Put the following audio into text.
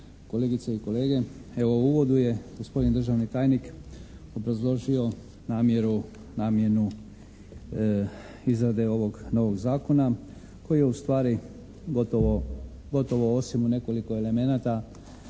kolegice i kolege. Evo u uvodu je gospodin državni tajnik obrazložio namjeru, namjenu izrade ovog novog zakona koji je ustvari gotovo osim u nekoliko elemenata